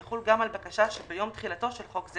יחול גם על בקשה שביום תחילתו של חוק זה